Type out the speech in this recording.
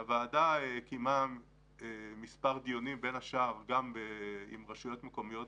הוועדה קיימה מספר דיונים, בין השאר ישיבה שקיימה